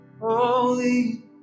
holy